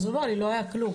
אז הוא אמר, לא היה כלום.